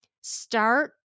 Start